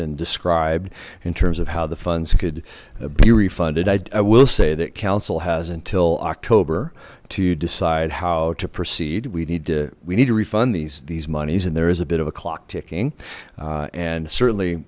and described in terms of how the funds could be refunded i will say that council has until october to decide how to proceed we need to we need to refund these these monies and there is a bit of a clock ticking and certainly